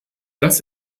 dass